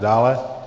Dále.